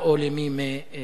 או למי מבניה,